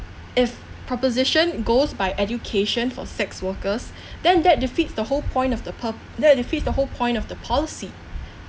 if proposition goes by education for sex workers then that defeats the whole point of the pur~ that defeats the whole point of the policy